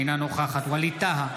אינה נוכחת ווליד טאהא,